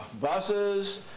buses